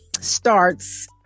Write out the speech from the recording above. starts